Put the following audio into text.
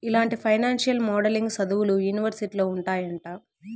ఇలాంటి financial modelling సదువులు యూనివర్సిటీలో ఉంటాయంట